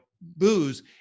booze